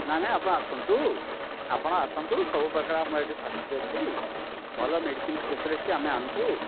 ନା ନାଇ ଆପଣ ଆସନ୍ତୁ ଆପଣ ଆସନ୍ତୁ ସବୁପ୍ରକାର ଆମର ଏଠି ଫେସିଲିଟି ଅଛି ଭଲ ମେଡ଼ିସିନ ସ୍ପେଶାଲିଷ୍ଟ ଆମେ ଆଣୁଛୁ